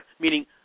meaning